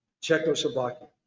Czechoslovakia